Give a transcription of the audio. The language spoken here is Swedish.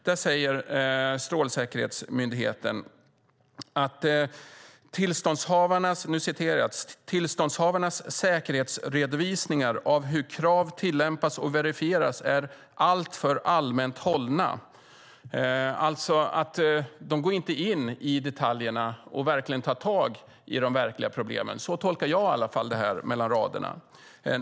Där säger Strålsäkerhetsmyndigheten att tillståndshavarnas säkerhetsredovisningar av hur krav tillämpas och verifieras är "alltför allmänt hållna". De går alltså inte in i detaljerna för att på allvar ta tag i de verkliga problemen. Så tolkar i alla fall jag det här mellan raderna.